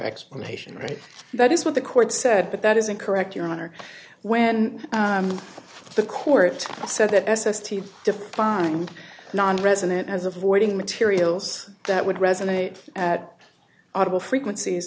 explanation right that is what the court said but that isn't correct your honor when the court said that s s t o defined nonresident as avoiding materials that would resonate at audible frequencies